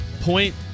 point